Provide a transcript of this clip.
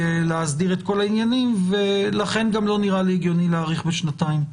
להסדיר את כל העניינים ולכן גם לא נראה לי הגיוני להאריך בשנתיים.